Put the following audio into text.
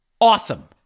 awesome